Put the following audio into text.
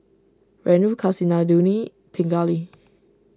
Renu Kasinadhuni Pingali